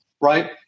right